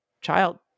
child